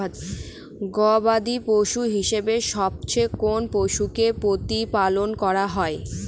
গবাদী পশু হিসেবে সবচেয়ে কোন পশুকে প্রতিপালন করা হয়?